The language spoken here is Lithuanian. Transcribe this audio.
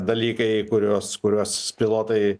dalykai kuriuos kuriuos pilotai